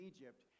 Egypt